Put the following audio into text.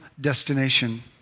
destination